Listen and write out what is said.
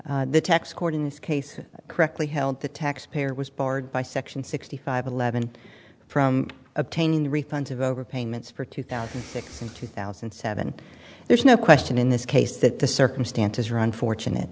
in this case correctly held the taxpayer was barred by section sixty five eleven from obtaining refunds of over payments for two thousand and two thousand and seven there's no question in this case that the circumstances are unfortunate